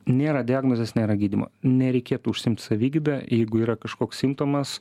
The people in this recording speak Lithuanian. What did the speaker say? nėra diagnozės nėra gydymo nereikėtų užsiimt savigyda jeigu yra kažkoks simptomas